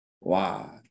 Wow